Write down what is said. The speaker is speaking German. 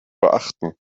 beachten